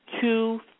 two